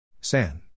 San